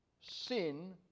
sin